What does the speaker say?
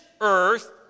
earth